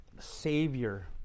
Savior